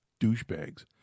douchebags